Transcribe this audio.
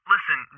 Listen